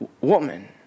woman